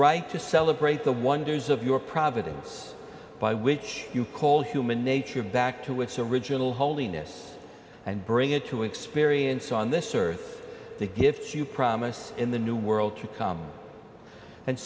right to celebrate the wonders of your providence by which you call human nature back to its original holiness and bring it to experience on this search the gifts you promise in the new world to come and